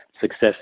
success